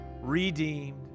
redeemed